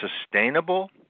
sustainable